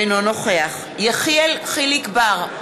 אינו נוכח יחיאל חיליק בר,